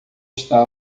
está